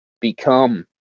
Become